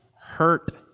hurt